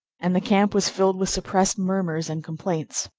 and the camp was filled with suppressed murmurs and complaints.